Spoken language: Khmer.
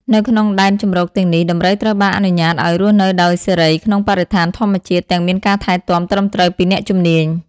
នៅក្នុងដែនជម្រកទាំងនេះ ដំរីត្រូវបានអនុញ្ញាតឲ្យ រស់នៅដោយសេរីក្នុងបរិស្ថានធម្មជាតិ ទាំងមានការថែទាំត្រឹមត្រូវពីអ្នកជំនាញ។